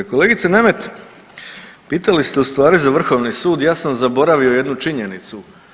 Kolegice Nemet, pitali ste u stvari za Vrhovni sud ja sam zaboravio jednu činjenicu.